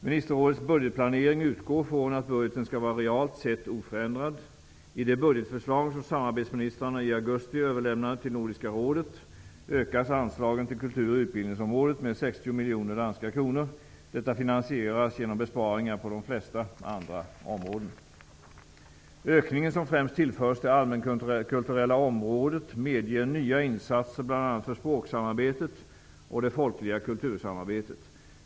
Ministerrådets budgetplanering utgår från att budgeten skall vara realt sett oförändrad. I det budgetförslag som samarbetsministrarna i augusti överlämnade till Nordiska rådet ökas anslagen till kultur och utbildningsområdet med 60 miljoner danska kronor. Detta finansieras genom besparingar på de flesta andra områden. Ökningen, som främst tillförs det allmänkulturella området, medger nya insatser bl.a. för språksamarbetet och det folkliga kultursamarbetet.